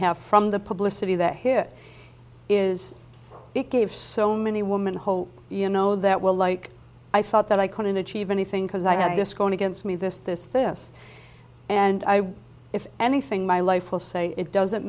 have from the publicity that hit is it gave so many women whole you know that well like i thought that i couldn't achieve anything because i had this going against me this this this and if anything my life will say it doesn't